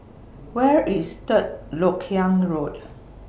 Where IS Third Lok Yang Road